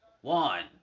One